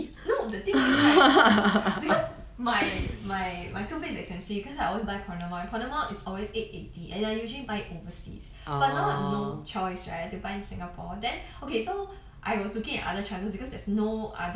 no the thing is right because my my my toothpaste is expensive because I always buy pronamel and pronamel is always eight eighty and I usually buy overseas but now no choice right to buy in singapore then okay so I was looking at other choices because there's no other